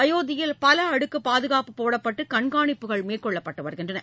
அயோத்தியில் பல அடுக்கு பாதுகாப்பு போடப்பட்டு கண்காணிப்புகள் மேற்கொள்ளப்பட்டு வருகின்றன